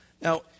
Now